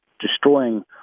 destroying